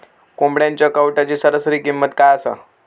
कोंबड्यांच्या कावटाची सरासरी किंमत काय असा?